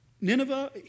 Nineveh